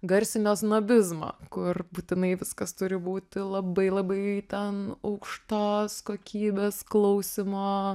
garsinio snobizmo kur būtinai viskas turi būti labai labai ten aukštos kokybės klausimo